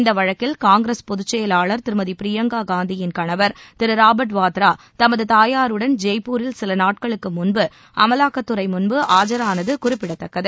இந்த வழக்கில் காங்கிரஸ் பொதுச்செயலாளர் திருமதி பிரியங்கா காந்தியின் கணவர் திரு ராபர்ட் வாத்ரா தமது தாயாருடன் ஜெய்ப்பூரில் சில நாட்களுக்கு முன்பு அமலாக்கத்துறை முன்பு ஆஜரானது குறிப்பிடத்தக்கது